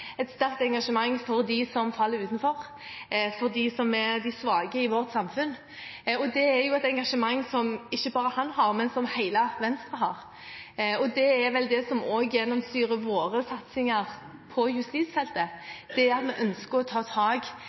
et sterkt engasjement for dem som faller utenfor, de som er svake i vårt samfunn. Dette er et engasjement som ikke bare han har, men som hele Venstre har. Det er vel det som også gjennomsyrer våre satsinger på justisfeltet, at vi ønsker å ta tak